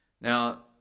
Now